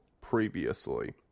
previously